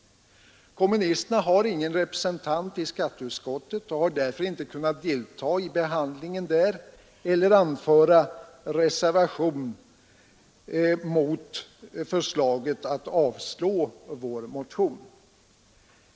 Kommunisterna har ingen representant i skatteutskottet och har därför inte kunnat delta i behandlingen där eller anföra reservation mot förslaget att riksdagen skall avslå vår motion.